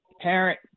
parent